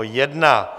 1.